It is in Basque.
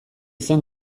zen